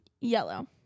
Yellow